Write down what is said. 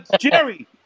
Jerry